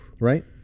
right